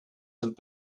have